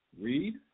read